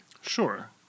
Sure